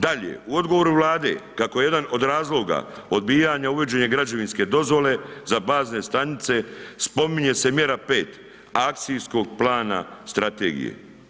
Dalje, u odgovoru Vlade, kako jedan od razloga odbijanja uvođenja građevinske dozvole za bazne stanice, spominje se mjera 5, akcijskog plana strategije.